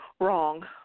wrong